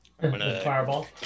Fireball